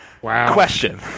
Question